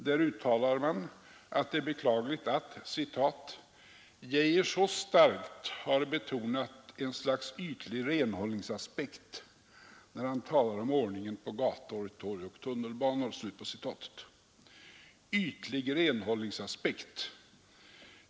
Där uttalar man att det är beklagligt att ”Geijer så starkt har betonat en slags ytlig renhållningsaspekt när han talar om ordningen på gator, torg och tunnelbanor”. Ytlig renhållningsaspekt!